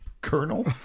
Colonel